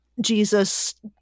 Jesus